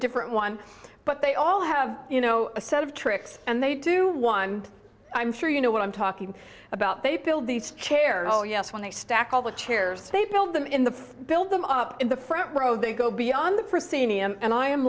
different one but they all have you know a set of tricks and they do one i'm sure you know what i'm talking about they build these care oh yes when they stack all the chairs tape build them in the build them up in the front row they go beyond the first scene and i am